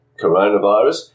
coronavirus